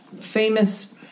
famous